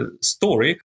story